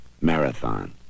Marathon